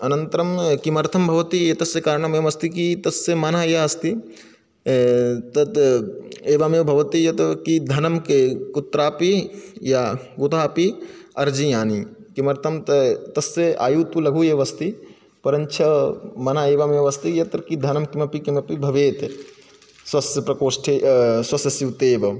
अनन्तरं किमर्थं भवति एतस्य कारणमेवमस्ति किं तस्य मन या अस्ति तद् एवमेव भवति यत् कि धनं कि कुत्रापि या कुतापि अर्जियानि किमर्थं त तस्य आयुः तु लघुः एव अस्ति परञ्च मन एवमेव अस्ति यत्र कि धनं किमपि किमपि भवेत् स्वस्य प्रकोष्ठे स्वस्य स्यूते एवं